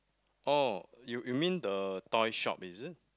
oh you you mean the toy shop is it